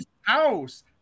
house